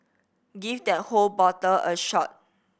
give that whole bottle a shot